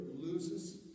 loses